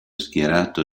schierato